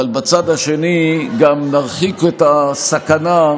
אבל בצד השני נרחיק את הסכנה.